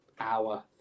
hour